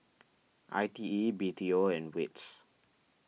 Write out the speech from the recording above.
I T E B T O and Wits